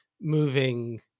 moving